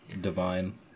Divine